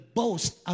boast